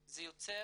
זה יוצר